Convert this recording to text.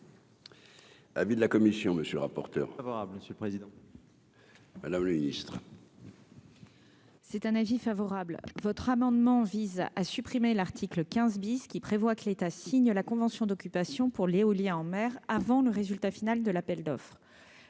favorable, monsieur le président. Madame la ministre. C'est un avis favorable votre amendement vise à supprimer l'article 15 bis qui prévoit que l'État signe la convention d'occupation pour l'éolien en mer avant le résultat final de l'appel d'offres,